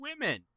women